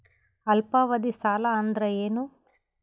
ಅಲ್ಪಾವಧಿ ಸಾಲ ಅಂದ್ರ ಏನು?